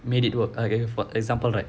made it work okay for example right